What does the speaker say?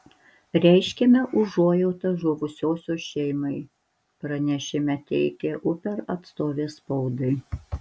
reiškiame užuojautą žuvusiosios šeimai pranešime teigė uber atstovė spaudai